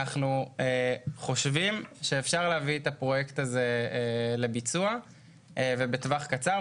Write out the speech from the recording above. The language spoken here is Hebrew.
אנחנו חושבים שאפשר להביא את הפרויקט הזה לביצוע ובטווח קצר.